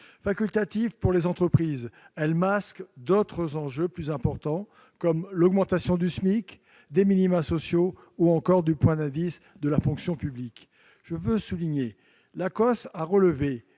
Facultative pour les entreprises, cette prime masque d'autres enjeux plus importants, comme l'augmentation du SMIC, des minima sociaux ou encore du point d'indice de la fonction publique. Je veux le souligner, l'Acoss a relevé